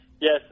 yes